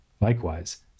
Likewise